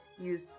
use